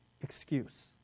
excuse